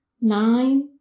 nine